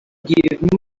give